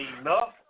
enough